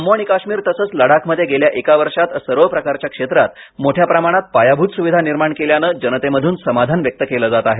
जम्मू आणि काश्मीर तसंच लडाखमध्ये गेल्या एका वर्षात सर्व प्रकारच्या क्षेत्रात मोठ्या प्रमाणात पायाभूत सुविधा निर्माण केल्यानं जनतेमधून समाधान व्यक्त केलं जात आहे